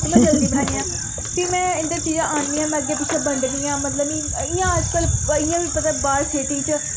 ते में जल्दी बनानियां फ्ही में इद्धर चीजां आननियां में अग्गें पिच्छे बंडनियां मतलब मीं इ'यां अज्जकल बाह्र सिटी च